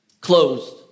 closed